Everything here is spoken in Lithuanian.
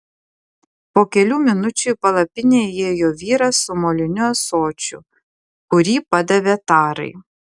po kelių minučių į palapinę įėjo vyras su moliniu ąsočiu kurį padavė tarai